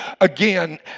again